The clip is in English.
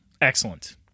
Excellent